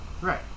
Right